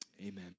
Amen